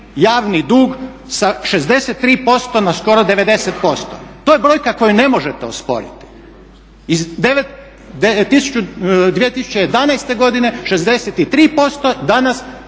javni dug sa 63% na skoro 90%. To je brojka koju ne možete osporiti. 2011. godine 63%, danas